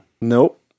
Nope